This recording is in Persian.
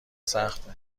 سخته